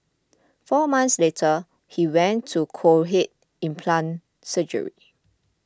four months later he went to cochlear implant surgery